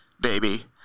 baby